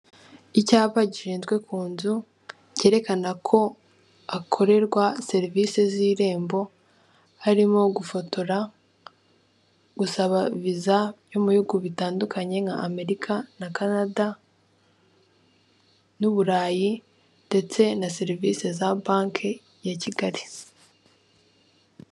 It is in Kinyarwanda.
Icyapa gishinzwe ku nzu cyerekana ko hakorerwa serivisi z'irembo harimo gufotora, gusaba viza yo mu bihugu bitandukanye nka Amerika na Kanada n' Uburayi ndetse na serivisi za Banki ya kigali.